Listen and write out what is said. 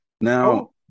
Now